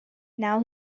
now